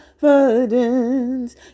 confidence